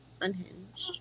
Unhinged